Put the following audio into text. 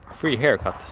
free haircut,